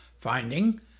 finding